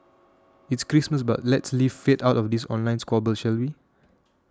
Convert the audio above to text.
it's Christmas but let's leave faith out of this online squabble shall we